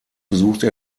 besuchte